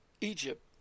egypt